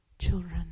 children